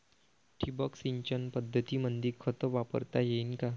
ठिबक सिंचन पद्धतीमंदी खत वापरता येईन का?